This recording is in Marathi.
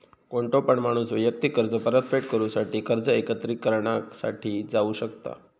कोणतो पण माणूस वैयक्तिक कर्ज परतफेड करूसाठी कर्ज एकत्रिकरणा साठी जाऊ शकता